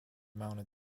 mounted